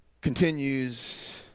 continues